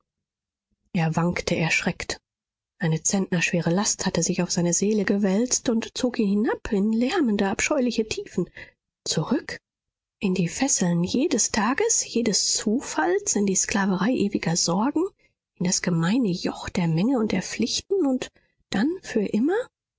er wankte erschreckt eine zentnerschwere last hatte sich auf seine seele gewälzt und zog ihn hinab in lärmende abscheuliche tiefen zurück in die fesseln jedes tages jedes zufalls in die sklaverei ewiger sorgen in das gemeine joch der menge und der pflichten und dann für immer